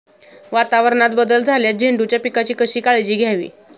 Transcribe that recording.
वातावरणात बदल झाल्यास झेंडूच्या पिकाची कशी काळजी घ्यावी?